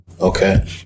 Okay